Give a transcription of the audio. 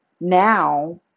now